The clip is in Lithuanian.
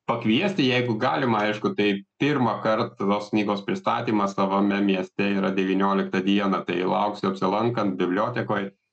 pakviesti jeigu galima aišku tai pirmą kart tos knygos pristatymas savame mieste yra devynioliktą dieną tai lauksiu apsilankant bibliotekoj